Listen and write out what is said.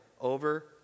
over